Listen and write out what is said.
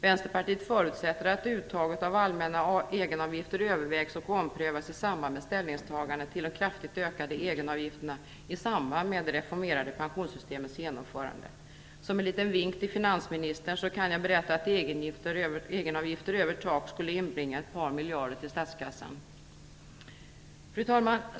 Vänsterpartiet förutsätter att uttaget av allmänna egenavgifter övervägs och omprövas i samband med ställningstagandet till de kraftigt ökade egenavgifterna i samband med det reformerade pensionssystemets genomförande. Som en liten vink till finansministern kan jag berätta att egenavgifter över tak skulle inbringa ett par miljarder till statskassan. Fru talman!